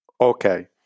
Okay